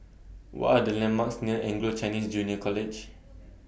What Are The landmarks near Anglo Chinese Junior College